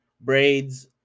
braids